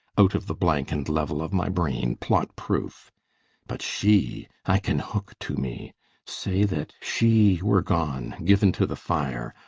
out of the blank and level of my brain, plot-proof but she i can hook to me say that she were gone, given to the fire,